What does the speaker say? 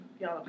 y'all